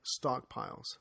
stockpiles